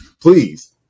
Please